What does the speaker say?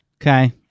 okay